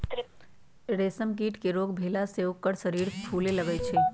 रेशम कीट के रोग भेला से ओकर शरीर फुले लगैए छइ